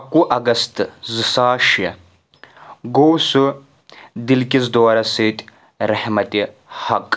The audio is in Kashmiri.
اکوُہ اگست زٕ ساس شےٚ گوٚو سُہ دِلکِس دورَس سۭتۍ رحمتہِ حَق